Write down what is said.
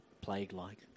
plague-like